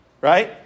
right